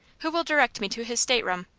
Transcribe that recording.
who will direct me to his stateroom?